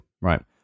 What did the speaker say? Right